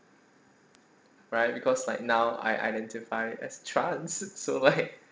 right because like now I identify as trans so like